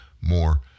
more